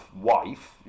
wife